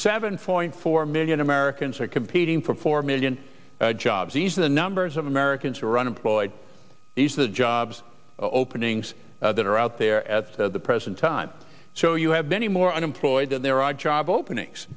seven point four million americans are competing for four million jobs each the numbers of americans who are unemployed these are the jobs openings that are out there at the present time so you have many more unemployed and there are job openings